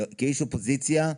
כאיש אופוזיציה,